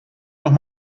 noch